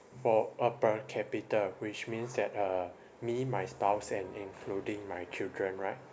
for uh per capita which means that uh me my spouse and including my children right